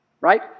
right